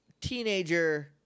teenager –